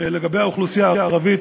לגבי האוכלוסייה הערבית,